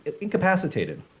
incapacitated